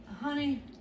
honey